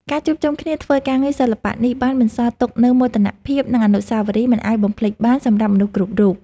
ការជួបជុំគ្នាធ្វើការងារសិល្បៈនេះ បានបន្សល់ទុកនូវមោទនភាព និងអនុស្សាវរីយ៍មិនអាចបំភ្លេចបានសម្រាប់មនុស្សគ្រប់រូប។